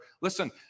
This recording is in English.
Listen